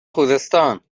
خوزستان